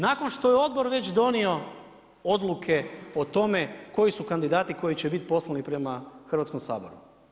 Nakon što je odbor već donio odluke o tome, koji su kandidati, koji će biti poslani prema Hrvatskom saboru.